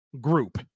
group